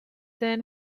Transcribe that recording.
them